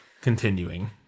continuing